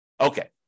Okay